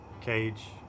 Cage